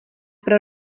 pro